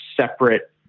separate